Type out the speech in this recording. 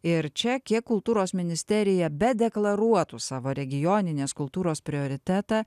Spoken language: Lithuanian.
ir čia kiek kultūros ministerija bedeklaruotų savo regioninės kultūros prioritetą